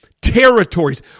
territories